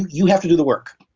you have to do the work.